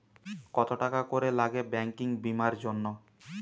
কত টাকা করে লাগে ব্যাঙ্কিং বিমার জন্য?